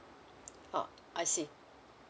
oh I see